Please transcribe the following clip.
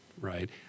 right